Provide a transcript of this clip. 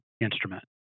instrument